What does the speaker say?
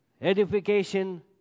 Edification